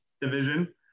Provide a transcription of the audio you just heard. Division